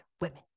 women